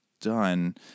done